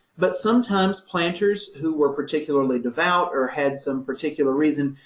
but sometimes planters who were particularly devout or had some particular reason,